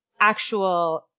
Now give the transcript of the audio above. actual